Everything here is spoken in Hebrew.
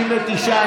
59,